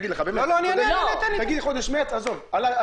חודש מרץ - עזוב.